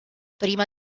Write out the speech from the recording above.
prima